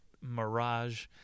mirage